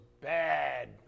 bad